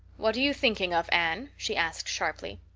what are you thinking of, anne? she asked sharply.